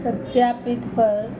सत्यापित पर